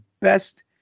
best